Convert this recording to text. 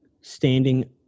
standing